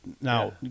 now